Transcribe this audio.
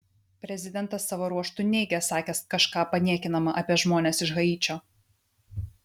prezidentas savo ruožtu neigė sakęs kažką paniekinama apie žmones iš haičio